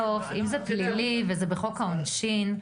אם זה פלילי וזה בחוק העונשין,